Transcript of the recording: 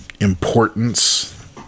importance